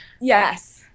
Yes